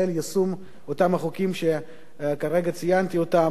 יישום אותם החוקים שכרגע ציינתי אותם,